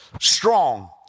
strong